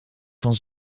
van